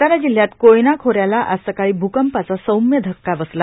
सातारा जिल्ह्यात कोयना खोऱ्याला आज सकाळी भ्कप्राचा सौम्य धक्का बसला